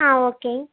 ஆ okay